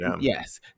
Yes